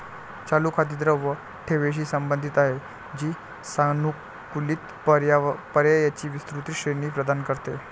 चालू खाती द्रव ठेवींशी संबंधित आहेत, जी सानुकूलित पर्यायांची विस्तृत श्रेणी प्रदान करते